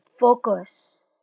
focus